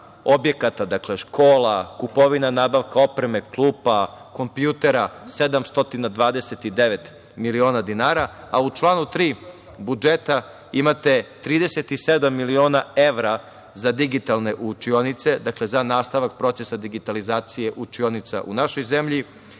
objekata, škola, kupovina i nabavka opreme, klupa, kompjutera, 729 miliona dinara.U članu 3. budžeta imate 37 miliona evra za digitalne učionice, za nastavak procesa digitalizacije, učionica u našoj zemlji.